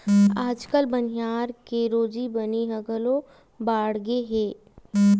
आजकाल बनिहार के रोजी बनी ह घलो बाड़गे हे